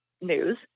news